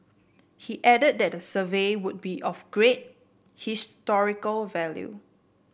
he added that the survey would be of great historical value